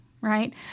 right